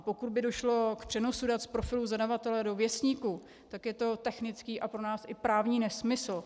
Pokud by došlo k přenosu dat z profilu zadavatele do věstníku, tak je to technický a pro nás i právní nesmysl.